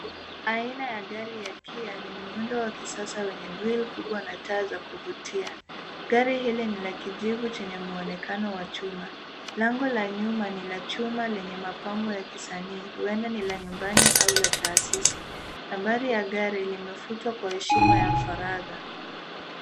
Aina ya gari ya Kia ni muundo wa kisasa wenye grill kubwa na taa za kuvutia. Gari hili ni la kijivu chenye mwonekano wa chuma. Lango la nyuma ni la chuma lenye mapambo ya kisanii, huenda ni la nyumbani au la taasisi. Nambari ya gari limefutwa kwa heshima ya faragha.